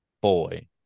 boy